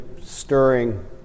stirring